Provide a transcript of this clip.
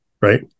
right